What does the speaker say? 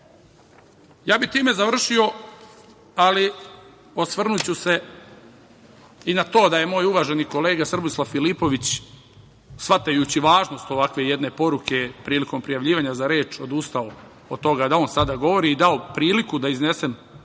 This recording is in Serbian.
bih završio, ali osvrnuću se i na to da je moj uvaženi kolega Srbislav Filipović, shvatajući važnost ovakve jedne poruke prilikom prijavljivanja za reč, odustao od toga da on sada govori i dao priliku da iznesem